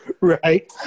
right